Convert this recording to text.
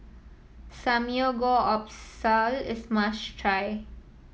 samgyeopsal is a must try